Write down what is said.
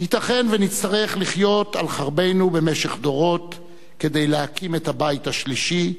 ייתכן שנצטרך לחיות על חרבנו במשך דורות כדי להקים את הבית השלישי,